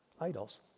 idols